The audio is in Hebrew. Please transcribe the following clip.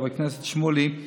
חבר הכנסת שמולי,